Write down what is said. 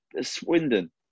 Swindon